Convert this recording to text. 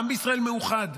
העם בישראל מאוחד,